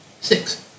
six